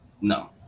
No